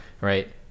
Right